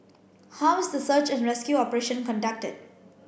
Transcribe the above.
how is the search and rescue operation conducted